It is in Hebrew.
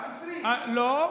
בבקשה, רק תוסיף לי זמן.